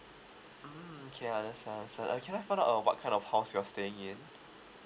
mm okay understand understand uh can I find out uh what kind of house you're staying in